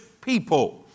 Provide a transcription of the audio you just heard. people